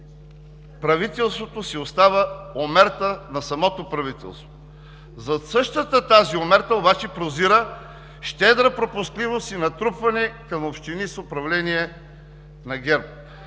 от жеста, си остава омерта на правителството. Зад същата тази омерта обаче прозира щедра пропускливост и натрупване към общини с управление от ГЕРБ.